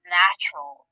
natural